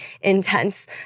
intense